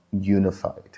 unified